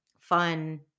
fun